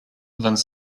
vingt